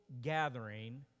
gathering